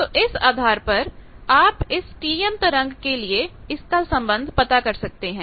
तो इस आधार पर आप इस TM तरंग के लिए इसका संबंध पता कर सकते हैं